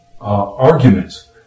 arguments